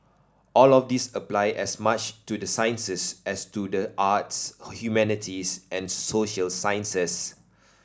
all of these apply as much to the sciences as to the arts humanities and social sciences